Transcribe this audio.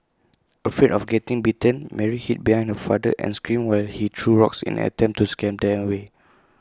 afraid of getting bitten Mary hid behind her father and screamed while he threw rocks in an attempt to scare them away